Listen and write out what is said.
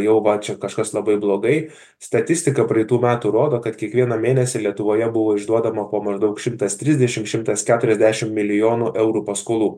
jau va čia kažkas labai blogai statistika praeitų metų rodo kad kiekvieną mėnesį lietuvoje buvo išduodama po maždaug šimtas trisdešimt šimtas keturiasdešimt milijonų eurų paskolų